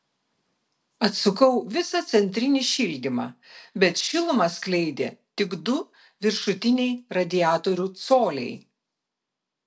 atsukau visą centrinį šildymą bet šilumą skleidė tik du viršutiniai radiatorių coliai